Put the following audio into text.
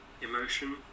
emotion